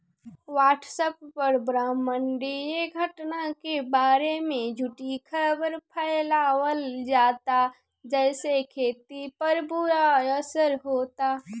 WhatsApp पर ब्रह्माण्डीय घटना के बारे में झूठी खबर फैलावल जाता जेसे खेती पर बुरा असर होता